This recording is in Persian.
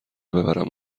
ببرم